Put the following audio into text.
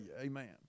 amen